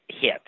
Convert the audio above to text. hit